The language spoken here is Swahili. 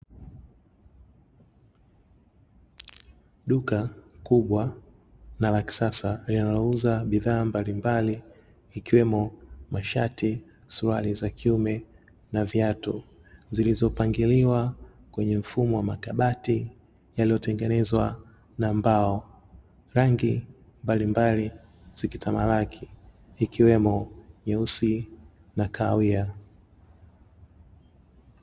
Duka kubwa na la kisasa linalouza bidhaa mbalimbali ikiwemo mashati, suruali za kiume na viatu zilizopangiliwa kwenye mfumo wa makabati yaliyotengenezwa na mbao, rangi mbalimbali zikitamalaki ikiwemo nyeusi na kahawia.